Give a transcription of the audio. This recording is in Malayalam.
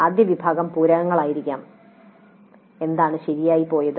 ആദ്യ വിഭാഗം പൂരകങ്ങളായിരിക്കും എന്താണ് ശരിയായി പോയത്